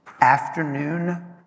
afternoon